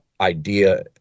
idea